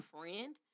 friend